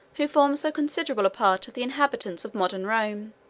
who form so considerable a part of the inhabitants of modern rome